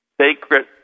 sacred